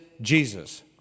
Jesus